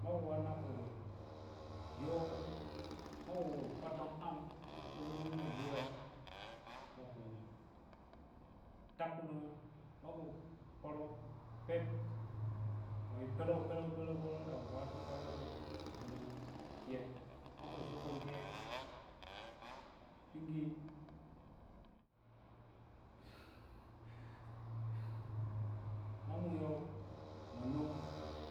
Makhu wanna khu yoh makhu potto am tufurummo bulah makhu tak khulah makhi pərə phep nla yoh phereu phereu dan wattu ka rummo ma mu tiyoh ma aka supua hya pigi oo monuyoh ma non